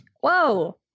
Whoa